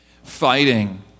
Fighting